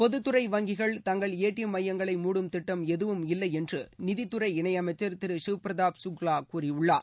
பொதுத்துறை வங்கிகள் தங்கள் ஏடிஎம் மையங்களை மூடும் திட்டம் எதுவும் இல்லை என்று நிதித்துறை இணையமைச்சர் திரு ஷிவ் பிரதாப் சுக்லா கூறியுள்ளார்